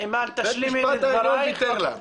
אימאן, תשלימי את דברייך.